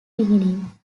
beginning